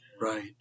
right